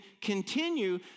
continue